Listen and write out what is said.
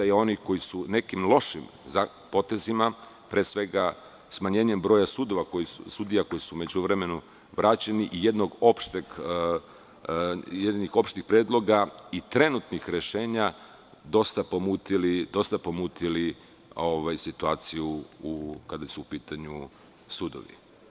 Krivica je onih koji su nekim lošim potezima, pre svega smanjenjem broja sudija koji su u međuvremenu vraćeni i jednih opštih predloga i trenutnih rešenja, dosta pomutili situaciju, kada su u pitanju sudovi.